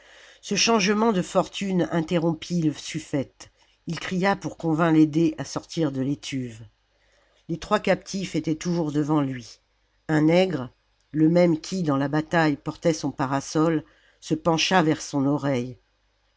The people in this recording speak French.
ce changement de fortune interrompit le suffète ii cria pour qu'on vint l'aider à sortir de l'étuve les trois captifs étaient toujours devant lui un nègre le même qui dans la bataille portait son parasol se pencha vers son oreille